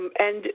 and